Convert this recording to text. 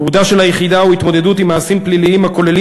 ייעודה של היחידה הוא התמודדות עם מעשים פליליים הכוללים